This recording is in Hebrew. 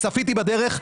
צפיתי בדרך.